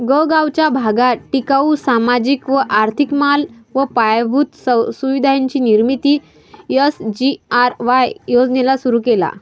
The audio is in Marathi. गगावाचा भागात टिकाऊ, सामाजिक व आर्थिक माल व पायाभूत सुविधांची निर्मिती एस.जी.आर.वाय योजनेला सुरु केला